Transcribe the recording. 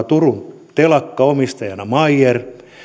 turun telakka omistajana meyer